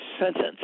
sentence—